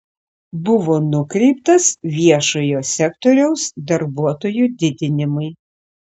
buvo nukreiptas viešojo sektoriaus darbuotojų didinimui